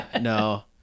no